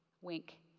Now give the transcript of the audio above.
Wink